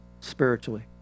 spiritually